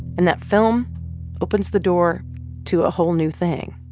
and that film opens the door to a whole new thing.